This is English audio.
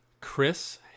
Chris